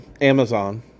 Amazon